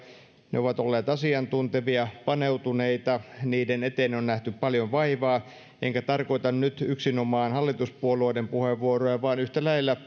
ne ovat olleet asiantuntevia ja paneutuneita ja niiden eteen on on nähty paljon vaivaa enkä tarkoita nyt yksinomaan hallituspuolueiden puheenvuoroja vaan yhtä lailla